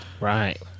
Right